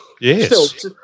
Yes